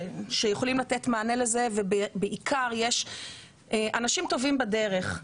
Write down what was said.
שיכולים לתת מענה לזה ובעיקר יש אנשים טובים בדרך.